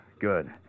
Good